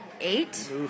eight